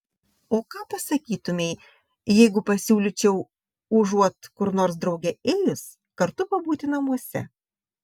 o ką pasakytumei jeigu pasiūlyčiau užuot kur nors drauge ėjus kartu pabūti namuose